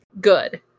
Good